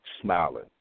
smiling